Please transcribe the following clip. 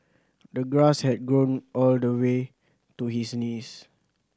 the grass had grown all the way to his knees